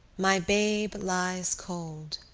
my babe lies cold.